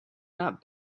not